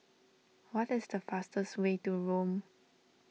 what is the fastest way to Rome